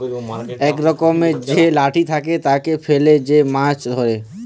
ইক রকমের যে লাঠি থাকে, তাকে ফেলে যে মাছ ধ্যরে